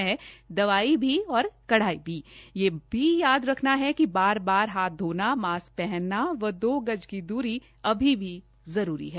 दवाई भी और कड़ाई भी यह भी याद रखना है कि बार बार हाथ धोना मास्क पहनना व दो गज की दूरी अभी भी जरूरी है